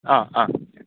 ആ ആ